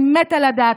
אני מתה לדעת,